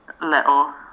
little